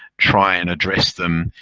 try and address them.